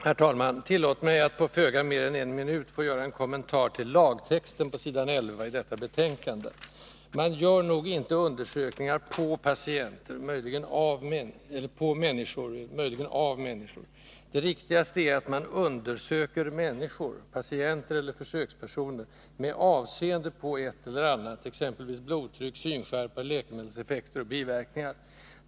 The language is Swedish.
Herr talman! Tillåt mig att på föga mer än en minut göra en kommentar till lagtexten på s. 11 i detta betänkande. Man gör inte undersökningar på människor, möjligen av människor. Det riktigaste är att man undersöker människor, patienter eller försökspersoner, med avseende på ett eller annat, exempelvis blodtryck, synskärpa, läkemedelseffekter och biverkningar.